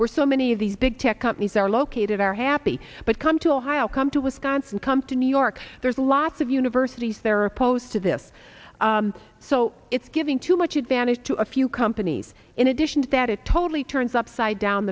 where so many of these big tech companies are located are happy but come to ohio come to wisconsin come to new york there's lots of universities there are opposed to this so it's giving too much advantage to a few companies in addition to that it totally turns upside down